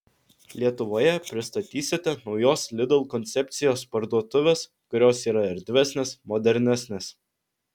lietuvoje pristatysite naujos lidl koncepcijos parduotuves kurios yra erdvesnės modernesnės